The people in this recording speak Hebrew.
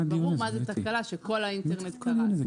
ברור מהי תקלה כאשר כל האינטרנט קרס.